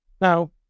Now